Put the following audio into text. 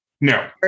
No